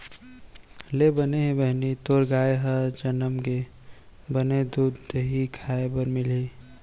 ले बने हे बहिनी तोर गाय ह जनम गे, बने दूद, दही खाय बर मिलही